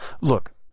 Look